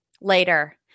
later